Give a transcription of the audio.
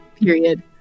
period